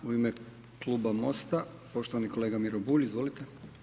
U ime Kluba Mosta poštovani kolega Miro Bulj, izvolite.